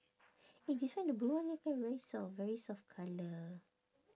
eh this one the blue one eh very soft very soft colour